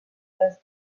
les